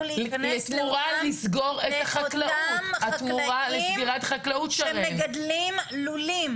להיכנס לאותם חקלאים שמגדלים לולים.